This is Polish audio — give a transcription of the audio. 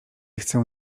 chcę